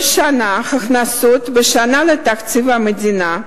כל שנה, הכנסות לתקציב המדינה,